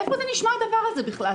איפה נשמע הדבר הזה בכלל?